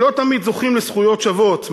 שלא תמיד זוכים לזכויות שוות,